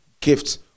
gifts